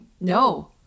No